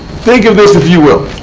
think of this, if you will.